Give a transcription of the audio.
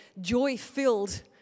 joy-filled